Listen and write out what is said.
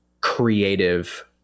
creative